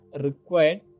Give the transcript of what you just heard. required